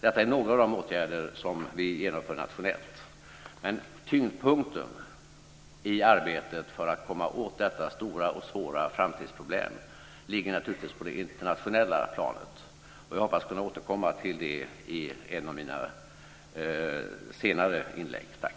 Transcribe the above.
Detta är några av de åtgärder som vi vidtar nationellt, men tyngdpunkten i arbetet för att komma åt detta stora och svåra framtidsproblem ligger naturligtvis på det internationella planet, och jag hoppas kunna återkomma till det i ett av mina senare inlägg.